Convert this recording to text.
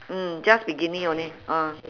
mm just bikini only ah